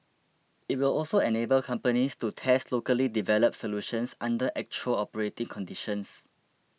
it will also enable companies to test locally developed solutions under actual operating conditions